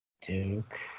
Duke